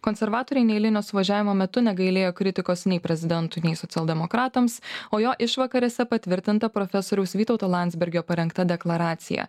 konservatoriai neeilinio suvažiavimo metu negailėjo kritikos nei prezidentui nei socialdemokratams o jo išvakarėse patvirtinta profesoriaus vytauto landsbergio parengta deklaracija